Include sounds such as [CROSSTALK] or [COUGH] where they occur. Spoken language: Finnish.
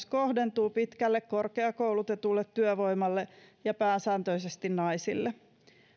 [UNINTELLIGIBLE] kohdentuu pitkälle korkeakoulutetulle työvoimalle ja pääsääntöisesti naisille